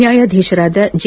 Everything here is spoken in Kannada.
ನ್ಕಾಯಾಧೀಶರಾದ ಜೆ